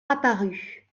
apparu